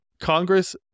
Congress